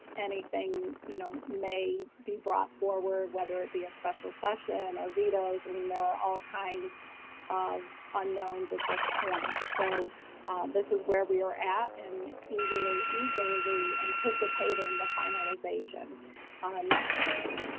anything you know may be brought forward, whether it be a special session or vetoes. i mean, there are all kinds of unknowns at this point. so this is where we are at and eagerly eagerly anticipating the finalization next, please.